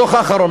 בדוח האחרון.